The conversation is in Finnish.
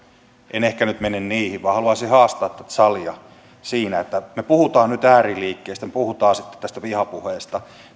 en ehkä nyt mene niihin haastaa tätä salia siinä että me puhumme nyt ääriliikkeistä me puhumme vihapuheesta